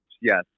Yes